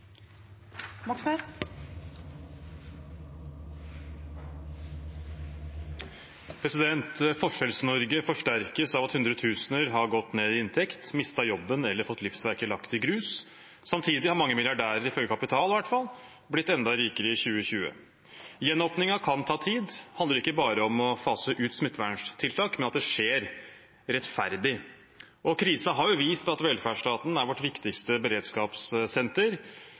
at hundre tusener har gått ned i inntekt, mistet jobben eller fått livsverket lagt i grus. Samtidig har mange milliardærer, ifølge Kapital i hvert fall, blitt enda rikere i 2020. Gjenåpningen kan ta tid. Det handler ikke bare om å fase ut smittevernstiltak, men at det skjer rettferdig. Og krisen har jo vist at velferdsstaten er vårt viktigste beredskapssenter.